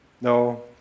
no